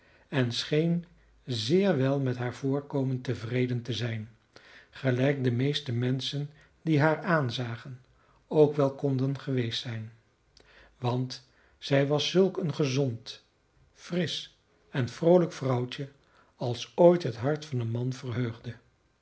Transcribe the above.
en scheen zeer wel met haar voorkomen tevreden te zijn gelijk de meeste menschen die haar aanzagen ook wel konden geweest zijn want zij was zulk een gezond frisch en vroolijk vrouwtje als ooit het hart van een man verheugde